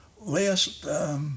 last